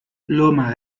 loma